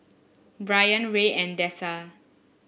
Bryan Rey and Dessa